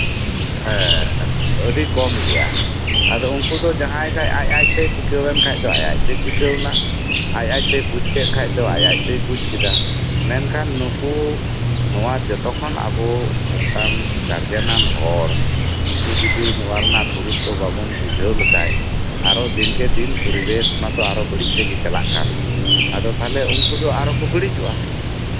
ᱦᱮᱸ ᱟᱹᱰᱤ ᱠᱚᱢ ᱜᱮᱭᱟ ᱟᱫᱚ ᱩᱱᱠᱩ ᱫᱚ ᱡᱟᱦᱟᱸᱭ ᱟᱡ ᱟᱡᱛᱮ ᱴᱤᱠᱟᱹᱣ ᱮᱱᱠᱷᱟᱱ ᱫᱚ ᱟᱡ ᱟᱡᱛᱮ ᱴᱤᱠᱟᱹᱣ ᱮᱱᱟᱭ ᱟᱡ ᱟᱡᱛᱮ ᱵᱩᱡ ᱠᱮᱫ ᱠᱷᱟᱱ ᱫᱚ ᱟᱡ ᱟᱡᱛᱮᱭ ᱵᱩᱡᱟ ᱢᱮᱱᱠᱷᱟᱱ ᱱᱩᱠᱩ ᱡᱚᱛᱠᱷᱚᱱ ᱟᱵᱚ ᱦᱚᱸ ᱠᱤᱱᱛᱩ ᱚᱱᱠᱟᱱ ᱜᱟᱨᱡᱮᱱ ᱟᱱ ᱦᱚᱲ ᱱᱩᱠᱩ ᱡᱚᱫᱤᱧ ᱵᱩᱡᱷᱟᱹᱣ ᱞᱮᱠᱷᱟᱡ ᱟᱫᱚᱨᱮ ᱫᱤᱱᱨᱮ ᱯᱚᱨᱤᱵᱮᱥ ᱟᱨᱚ ᱵᱟᱹᱲᱤᱡ ᱥᱮᱫ ᱜᱮ ᱪᱟᱞᱟᱜ ᱱᱟ ᱟᱫᱚ ᱛᱟᱦᱞᱮ ᱩᱱᱠᱩ ᱫᱚ ᱟᱨᱚ ᱠᱚ ᱵᱟᱹᱲᱤᱡᱚᱜᱼᱟ